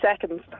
seconds